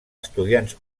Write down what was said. estudiants